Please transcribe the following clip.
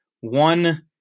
one